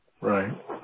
Right